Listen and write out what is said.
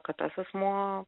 kad tas asmuo